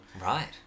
Right